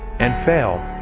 and failed.